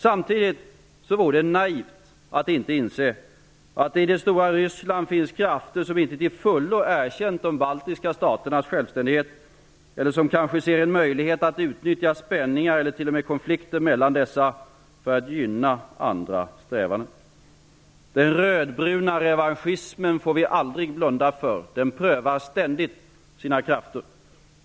Samtidigt vore det naivt att inte inse, att det i det stora Ryssland finns krafter som inte till fullo erkänt de baltiska staternas självständighet, eller som kanske ser en möjlighet att utnyttja spänningar eller t.o.m. konflikter med dessa för att gynna andra strävanden. Den rödbruna revanschismen får vi inte blunda för. Den prövar ständigt sina krafter.